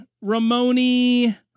Ramoni